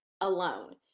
alone